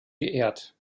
geehrt